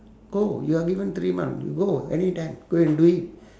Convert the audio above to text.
go you are given three month go anytime go and do it